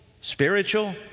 spiritual